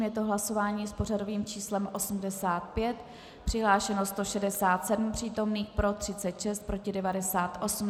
Je to hlasování s pořadovým číslem 85, přihlášeno 167 přítomných, pro 36, proti 98.